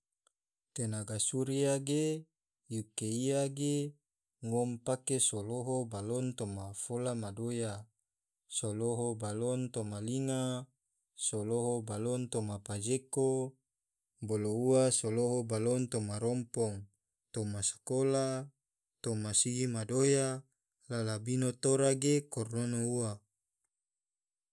Tenaga surya ge yuke ia ge ngom pake so loho balon toma fola madoya, so loho balon linga, so loho balon toma pajeko bolo ua so loho balon toma rompong, toma sakola, toma sigi madoya, la labino tora ge kornono ua.